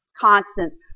constants